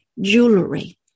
jewelry